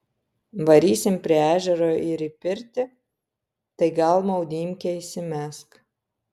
varysim prie ežero ir į pirtį tai gal maudymkę įsimesk